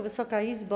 Wysoka Izbo!